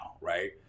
right